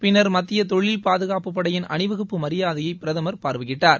பின்னர் மத்தியத் தொழில் பாதுகாப்பு படையின் அணிவகுப்பு மரியாதையை பிரதமா் பார்வையிட்டார்